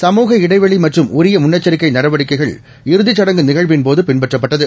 சமூக இடைவெளிமற்றும் உரியமுன்னெச்சரிக்கைநடவடிக்கைகள் இறுதிச்சடங்கு நிகழ்விள் போதபின்பற்றப்பட்டது